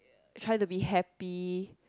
try to be happy